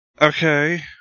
Okay